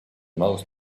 most